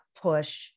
push